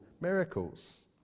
miracles